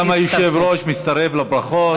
גם היושב-ראש מצטרף לברכות.